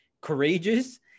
courageous